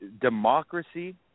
democracy